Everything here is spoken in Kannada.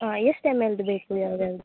ಹಾಂ ಎಷ್ಟು ಎಮ್ ಎಲ್ದು ಬೇಕು ಯಾವ್ಯಾವುದು